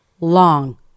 long